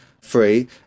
free